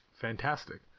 fantastic